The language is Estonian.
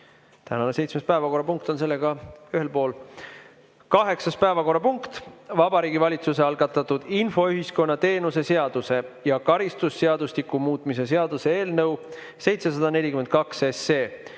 seitsmes päevakorrapunkt on sellega ühel pool. Kaheksas päevakorrapunkt on Vabariigi Valitsuse algatatud infoühiskonna teenuse seaduse ja karistusseadustiku muutmise seaduse eelnõu 742.